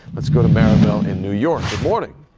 let's go to maribel in new york. good morning.